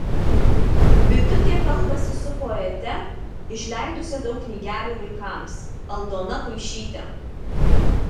bitutė kalbasi su poete išleidusia daug knygelių vaikams aldona puišyte